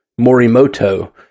Morimoto